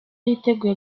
yiteguye